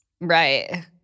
Right